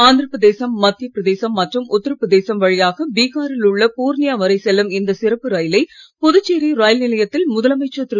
ஆந்திர பிரதேசம் மத்திய பிரதேசம் மற்றும் உத்தர பிரதேசம் வழியாக பீகாரில் உள்ள பூர்ணியா வரை செல்லும் இந்த சிறப்பு ரயிலை புதுச்சேரி ரயில் நிலையத்தில் முதலமைச்சர் திரு